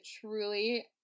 truly